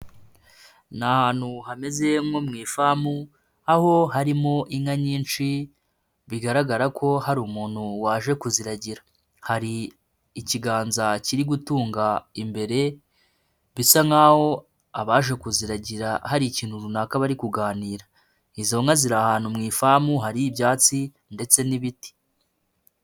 Ni ahantu hameze nko mu ifamu aho harimo inka nyinshi bigaragara ko hari umuntu waje kuziragira, hari ikiganza kiri gutunga imbere, bisa nkaho ho abaje kuziragira hari ikintu runaka bari kuganira, izo nka ziri ahantu mu ifamu hari ibyatsi ndetse n'ibiti.